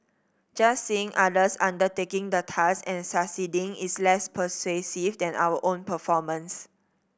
just seeing others undertaking the task and succeeding is less persuasive than our own performance